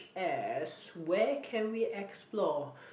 as where can we explore